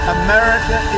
america